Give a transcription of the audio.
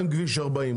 מה עם כביש 40?